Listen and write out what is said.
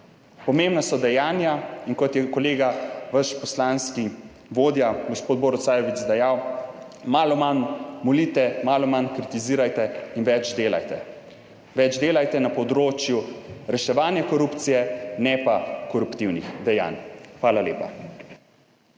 Pomembna so dejanja. In kot je kolega, vaš poslanski vodja, gospod Borut Sajovic, dejal, malo manj molite, malo manj kritizirajte in več delajte - več delajte na področju reševanja korupcije, ne pa koruptivnih dejanj. Hvala lepa.